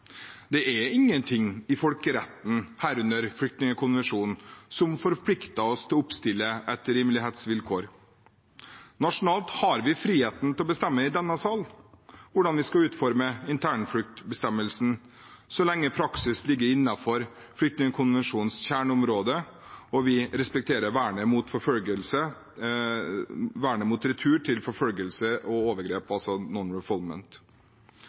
Det er ingen ting i folkeretten, herunder flyktningkonvensjonen, som forplikter oss til å oppstille et rimelighetsvilkår. Nasjonalt har vi i denne sal friheten til å bestemme hvordan vi skal utforme internfluktbestemmelsen, så lenge praksis ligger innenfor flyktningkonvensjonens kjerneområde og vi respekterer vernet mot retur til forfølgelse og overgrep, altså